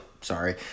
Sorry